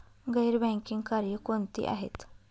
गैर बँकिंग कार्य कोणती आहेत?